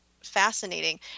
fascinating